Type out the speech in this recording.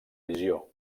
visió